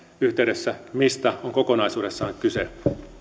yhteydessä mistä on kokonaisuudessaan kyse